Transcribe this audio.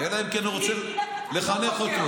ודאי שלא, אלא אם כן הוא רוצה לחנך אותו.